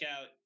out